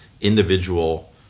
individual